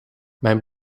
mijn